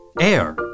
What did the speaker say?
Air